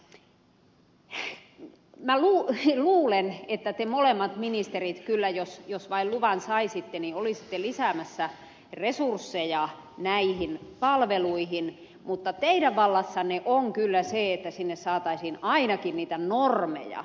minä luulen että te molemmat ministerit kyllä jos vain luvan saisitte olisitte lisäämässä resursseja näihin palveluihin mutta teidän vallassanne on kyllä se että sinne saataisiin ainakin niitä normeja